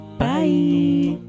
bye